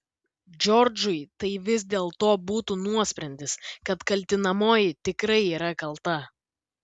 džordžui tai vis dėlto būtų nuosprendis kad kaltinamoji tikrai yra kalta